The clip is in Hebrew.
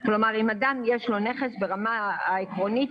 אם לאדם יש נכס אני יודעת,